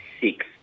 six